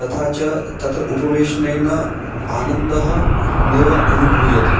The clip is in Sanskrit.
तथा च तत्र उपवेशने आनन्दं नैव अनुभूयते